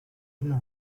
and